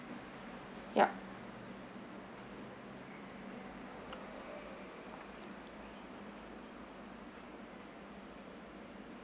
yup